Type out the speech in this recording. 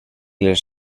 les